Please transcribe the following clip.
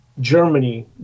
Germany